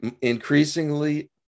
increasingly